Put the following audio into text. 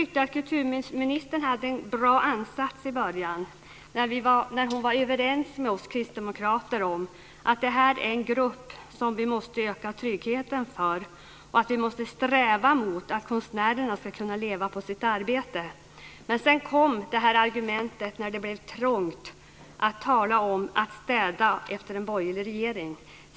Kulturministern hade en bra ansats i början, när hon sade att hon var överens med oss kristdemokrater om att det här är en grupp som vi måste öka tryggheten för och att vi måste sträva mot att konstnärerna ska kunna leva på sitt arbete. Men sedan, när hon kände sig trängd, kom det här argumentet och talet om att städa efter en borgerlig regering.